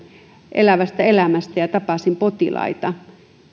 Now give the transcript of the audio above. elävästä elämästä ja tapasin potilaita